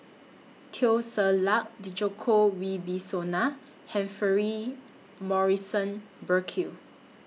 Teo Ser Luck Djoko Wibisono Humphrey Morrison Burkill